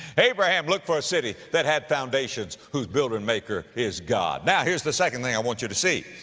abraham looked for a city that had foundations whose builder and maker is god. now here's the second thing i want you to see.